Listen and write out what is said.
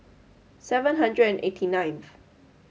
seven hundred and eighty ninth